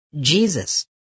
Jesus